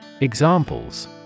Examples